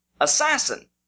assassin